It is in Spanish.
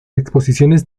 exposiciones